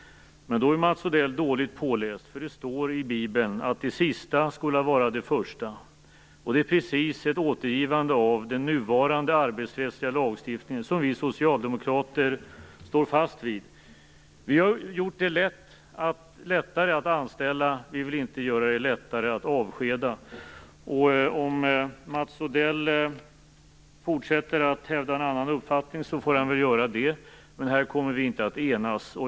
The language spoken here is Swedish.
Mats Odell är dåligt påläst. Det står nämligen i Bibeln att de sista skola vara de första. Det är precis ett återgivande av den nuvarande arbetsrättsliga lagstiftningen, som vi socialdemokrater står fast vid. Vi har gjort det lättare att anställa. Vi vill inte göra det lättare att avskeda. Om Mats Odell fortsätter att hävda en annan uppfattning får han väl göra det, men här kommer vi inte att enas.